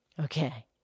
Okay